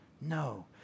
no